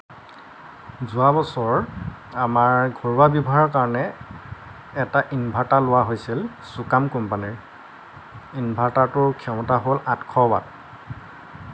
যোৱাবছৰ আমাৰ ঘৰুৱা ব্যৱহাৰৰ কাৰণে এটা ইনভাৰটাৰ লোৱা হৈছিল চোকাম কোম্পানিৰ ইনভাৰটাৰটোৰ ক্ষমতা হ'ল আঠশ ৱাট